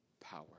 power